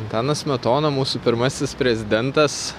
antanas smetona mūsų pirmasis prezidentas